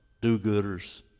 do-gooders